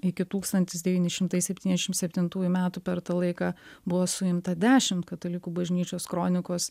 iki tūkstantis devyni šimtai septyniašim septintųjų metų per tą laiką buvo suimta dešimt katalikų bažnyčios kronikos